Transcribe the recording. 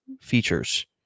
features